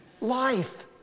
Life